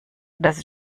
dass